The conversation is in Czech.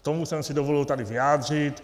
K tomu jsem si dovolil se tady vyjádřit.